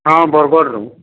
ହଁ ବର୍ଗଡ଼୍ରୁ